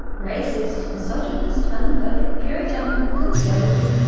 racist, misogynist, homophobic, puritanical, conservative,